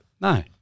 No